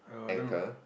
err I don't know